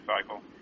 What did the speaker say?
cycle